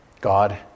God